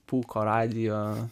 pūko radijo